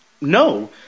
No